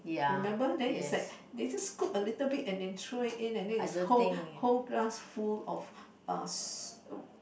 remember then is like they just scoop a little bit and then throw it in and then whole whole glass full of uh